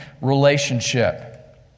relationship